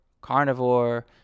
carnivore